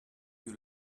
you